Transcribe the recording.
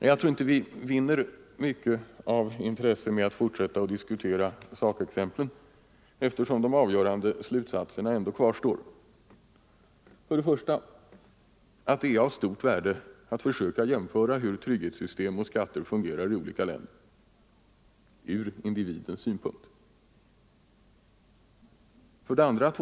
Men jag tror inte att vi vinner mycket av intresse genom att fortsätta att diskutera sakexemplen, eftersom de avgörande slutsatserna ändå kvarstår: 1. Det är av stort värde att försöka jämföra hur olika trygghetssystem och skatter fungerar i olika länder ur individens synpunkt. 2.